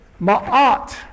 ma'at